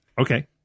Okay